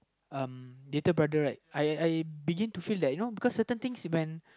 uh little brother right I I begin to feel that you know because certain things when